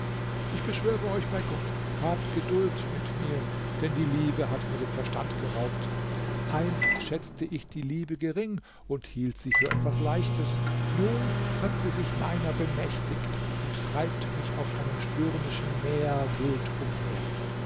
ich beschwöre euch bei gott habt geduld mit mir denn die liebe hat mir den verstand geraubt einst schätzte ich die liebe gering und hielt sie für etwas leichtes nun hat sie sich meiner bemächtigt und treibt mich auf einem stürmischen meer wild umher